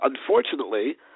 unfortunately